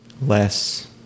less